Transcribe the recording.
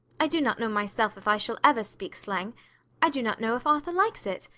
i do not know myself if i shall ever speak slang i do not know if arthur likes it,